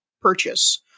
purchase